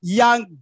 young